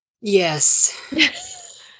yes